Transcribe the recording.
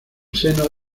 seno